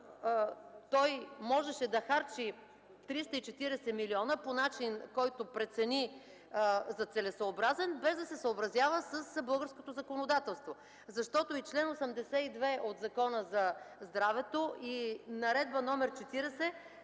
той можеше да харчи 340 милиона по начин, който прецени за целесъобразен, без да се съобразява с българското законодателство. Защото и чл. 82 от Закона за здравето, и Наредба № 40